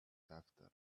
after